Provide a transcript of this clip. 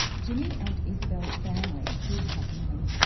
jimmy and isabelle's families did have money.